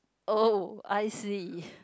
oh I see